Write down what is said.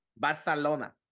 Barcelona